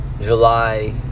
July